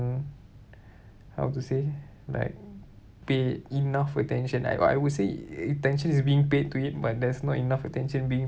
mm how to say like pay enough attention I I would say attention is being paid to it but there's not enough attention being